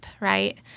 Right